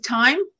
time